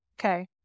Okay